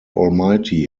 almighty